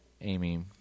Amy